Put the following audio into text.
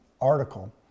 article